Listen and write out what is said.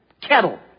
kettle